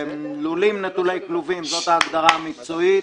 לולים נטולי כלובים, זאת ההגדרה המקצועית.